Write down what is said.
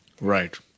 Right